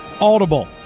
Audible